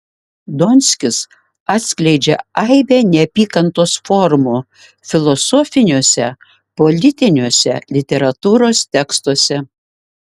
donskis atskleidžia aibę neapykantos formų filosofiniuose politiniuose literatūros tekstuose